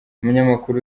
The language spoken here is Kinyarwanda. umunyamakuru